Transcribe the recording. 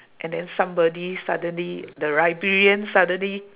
and then somebody suddenly the librarian suddenly